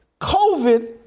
COVID